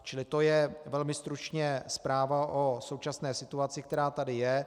Čili to je velmi stručně zpráva o současné situaci, která tady je.